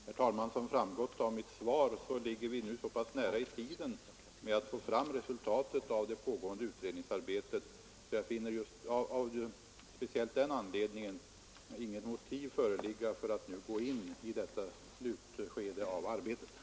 Herr talman! Som framgått av mitt svar, ligger vi så pass nära i tiden med att få fram resultatet av det pågående utredningsarbetet och jag finner speciellt av den anledningen inget motiv föreligga för att nu vidta några särskilda åtgärder.